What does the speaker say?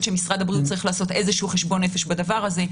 שמשרד הבריאות צריך לעשות איזשהו חשבון נפש בדבר הזה.